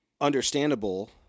understandable